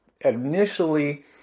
Initially